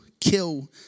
kill